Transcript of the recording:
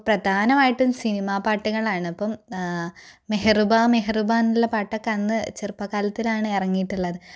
ഇപ്പോൾ പ്രധാനമായിട്ടും സിനിമ പാട്ടുകളാണ് അപ്പം മെഹറുബാ മെഹറുബാ എന്നുള്ള പാട്ട് ഒക്കെ അന്ന് ചെറുപ്പക്കാലത്തിലാണ് ഇറങ്ങിയിട്ടുള്ളത്